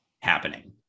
happening